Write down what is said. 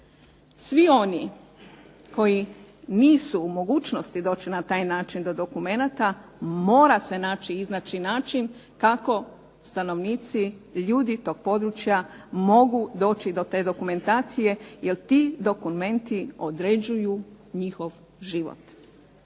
Svi oni koji nisu u mogućnosti doći na taj način do dokumenata, mora se naći iznaći način kako stanovnici, ljudi tog područja mogu doći do te dokumentacije jer ti dokumenti određuju njihov život.